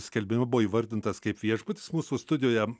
skelbime buvo įvardintas kaip viešbutis mūsų studijoje